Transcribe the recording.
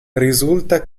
risulta